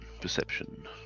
perception